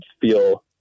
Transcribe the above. feel